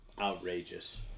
outrageous